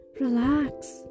Relax